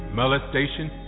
molestation